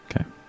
Okay